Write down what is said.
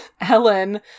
Ellen